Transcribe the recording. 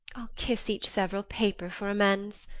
i'll kiss each several paper for amends.